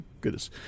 goodness